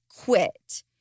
quit